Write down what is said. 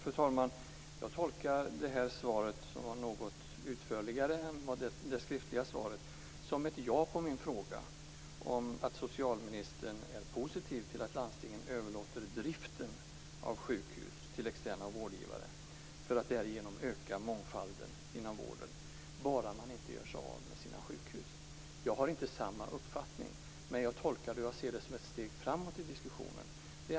Fru talman! Jag tolkar svaret, som var något utförligare än det inledande svaret, som ett ja på min fråga, dvs. att socialministern är positiv till att landstingen överlåter driften av sjukhus till externa vårdgivare, för att därigenom öka mångfalden inom vården - bara man inte gör sig av med sina sjukhus. Jag har inte samma uppfattning. Men jag ser det som ett steg framåt i diskussionen.